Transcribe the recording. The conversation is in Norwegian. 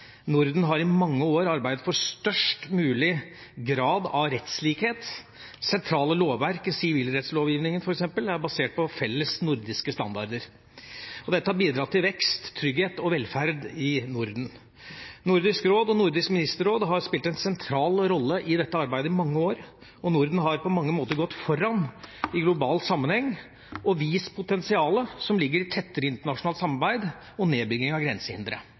Norden har i mange år arbeidet for størst mulig grad av rettslikhet. Sentrale lovverk i sivilrettslovgivninga f.eks. er basert på felles nordiske standarder. Dette har bidratt til vekst, trygghet og velferd i Norden. Nordisk råd og Nordisk ministerråd har spilt en sentral rolle i dette arbeidet i mange år, og Norden har på mange måter gått foran i global sammenheng og vist potensialet som ligger i tettere internasjonalt samarbeid og nedbygging av grensehindre.